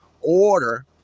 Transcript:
order